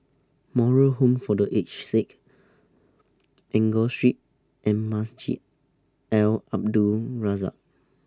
Moral Home For The Aged Sick Enggor Street and Masjid Al Abdul Razak